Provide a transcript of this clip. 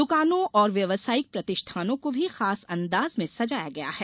दुकानों और व्यावसायिक प्रतिष्ठानों को भी खास अंदाज में सजाया गया है